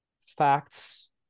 facts